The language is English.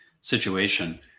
situation